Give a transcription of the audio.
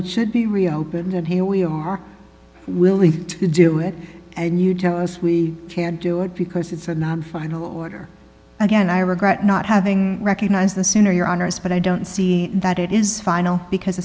it should be reopened and here we are willing to do it and you tell us we can't do it because it's a final order again i regret not having recognized the sooner your honor is but i don't see that it is final because